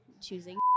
choosing